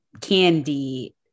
candy